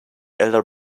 elder